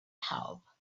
help